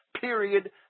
period